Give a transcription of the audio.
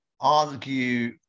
argue